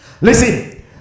Listen